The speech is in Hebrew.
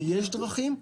ויש דרכים,